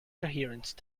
coherence